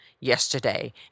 yesterday